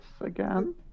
again